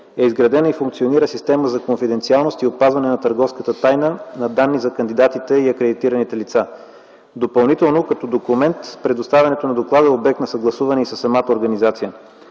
е изградена и функционира система за конфиденциалност и опазване на търговската тайна - на данни за кандидатите и акредитираните лица. Допълнително като документ предоставянето на доклада е обект на съгласуване и със самата организация.